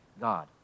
God